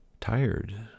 tired